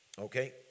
Okay